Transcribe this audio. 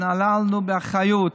התנהלנו באחריות,